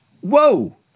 whoa